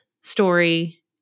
story